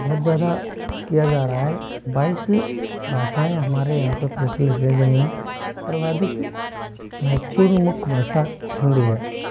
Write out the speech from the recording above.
बहुत ज़्यादा किया जा रहा है बाईस भाषाएँ हमारे यहाँ पर प्रचलित है जिन में में सर्वाधिक महत्वपूर्ण मुख्य भाषा हिन्दी है